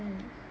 mm